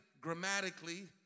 grammatically